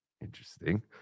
interesting